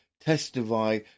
testify